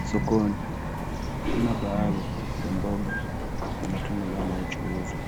Sokoni kuna baadhi ya mboga na matunda ambayo yanayochuuzwa